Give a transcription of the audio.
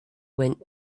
went